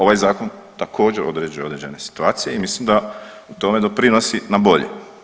Ovaj zakon također određuje određene situacije i mislim da u tome doprinosi na bolje.